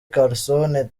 clarkson